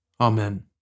Amen